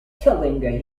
killing